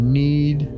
need